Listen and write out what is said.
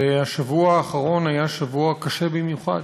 והשבוע האחרון היה שבוע קשה במיוחד.